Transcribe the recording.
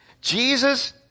Jesus